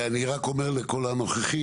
אני רק אומר לכל הנוכחים,